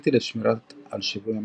קריטי לשמירה על שיווי המשקל.